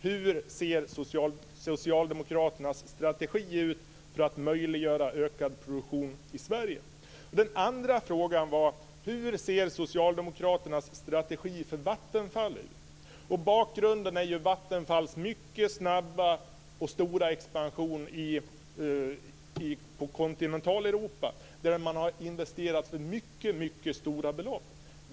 Hur ser alltså Socialdemokraternas strategi ut för att möjliggöra ökad produktion i Sverige? Den andra frågan var: Hur ser Socialdemokraternas strategi för Vattenfall ut? Bakgrunden är Vattenfalls mycket snabba och stora expansion i Kontinentaleuropa där man har investerat mycket stora belopp.